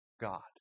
God